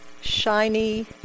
shiny